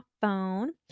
phone